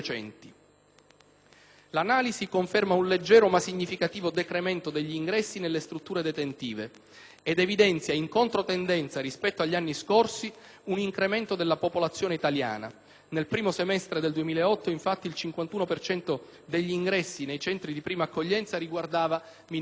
L'analisi conferma un leggero ma significativo decremento degli ingressi nelle strutture detentive ed evidenzia, in controtendenza rispetto agli scorsi anni, un incremento della popolazione italiana (nel primo semestre del 2008, infatti, il 51 per cento degli ingressi nei Centri di prima accoglienza riguardava minori italiani).